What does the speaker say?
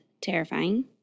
terrifying